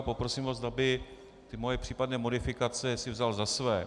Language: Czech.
Poprosím ho, zda by ty moje případné modifikace si vzal za své.